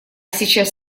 сейчас